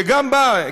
שגם בה,